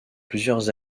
plusieurs